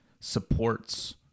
supports